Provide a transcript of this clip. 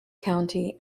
county